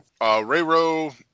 Rayro